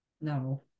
no